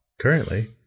currently